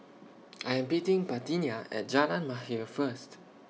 I Am meeting Parthenia At Jalan Mahir First